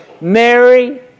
Mary